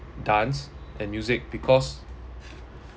dance and music because